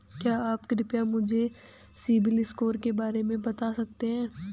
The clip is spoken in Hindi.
क्या आप कृपया मुझे सिबिल स्कोर के बारे में बता सकते हैं?